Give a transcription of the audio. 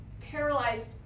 Paralyzed